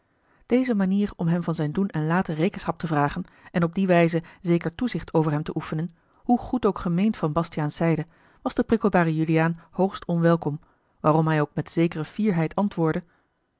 deze manier om hem van zijn doen en laten rekenschap te vragen en op die wijze zeker toezicht over hem te oefenen hoe goed ook gemeend van bastiaans zijde was den prikkelbaren juliaan hoogst onwelkom waarom hij ook met zekere fierheid antwoordde